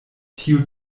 tio